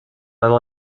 maman